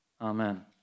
amen